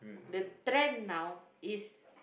the trend now is